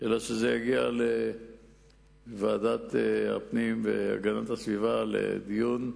אלא יגיע לוועדת הפנים והגנת הסביבה, לדיון,